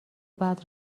بعد